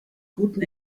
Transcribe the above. guten